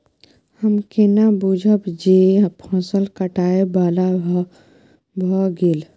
हम केना बुझब जे फसल काटय बला भ गेल?